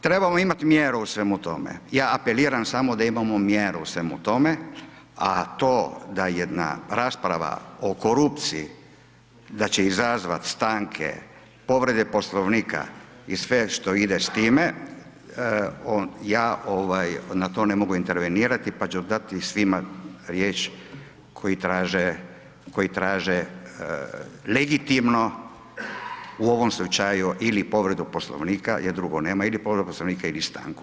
Trebamo imati mjeru u svemu tome, ja apeliram samo da imamo mjeru u svemu tome, a to da jedna rasprava o korupciji, da će izazvati stanke, povrede poslovnika i sve što ide s time, ja na to ne mogu intervenirati, pa ću dati svima riječ koji traže legitimno u ovom slučaju ili povredu poslovnika jer drugo nema ili povredu poslovnika ili stanku.